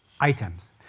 items